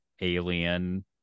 Alien